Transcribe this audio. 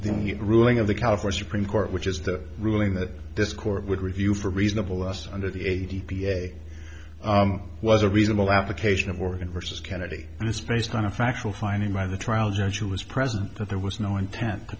the ruling of the california supreme court which is the ruling that this court would review for reasonable us under the age was a reasonable application of organ versus kennedy and it's based on a factual finding by the trial judge who was present that there was no intent to